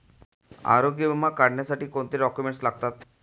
आरोग्य विमा काढण्यासाठी कोणते डॉक्युमेंट्स लागतात?